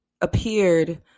appeared